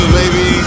baby